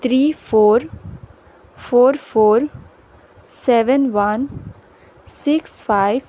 three four four four seven one six five